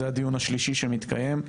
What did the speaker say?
זה הדיון השלישי שמתקיים.